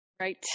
Right